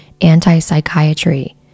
anti-psychiatry